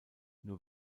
nur